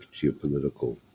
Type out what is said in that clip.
geopolitical